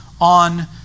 on